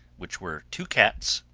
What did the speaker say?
which were two cats,